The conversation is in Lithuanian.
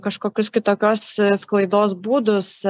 kažkokius kitokios sklaidos būdus